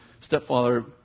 stepfather